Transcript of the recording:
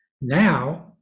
Now